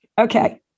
Okay